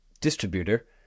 distributor